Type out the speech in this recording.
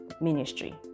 Ministry